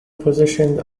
positioned